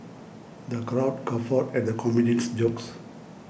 the crowd guffawed at the comedian's jokes